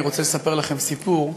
אני רוצה לספר לכם סיפור,